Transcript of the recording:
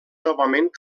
novament